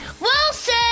Wilson